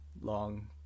long